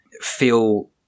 feel